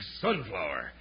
sunflower